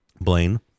Blaine